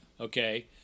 Okay